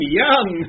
young